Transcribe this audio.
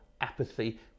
apathy